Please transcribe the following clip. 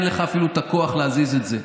אין לך אפילו את הכוח להזיז את זה.